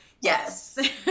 yes